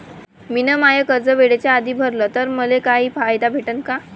मिन माय कर्ज वेळेच्या आधी भरल तर मले काही फायदा भेटन का?